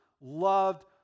loved